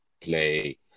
play